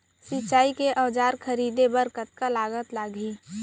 सिंचाई के औजार खरीदे बर कतका लागत लागही?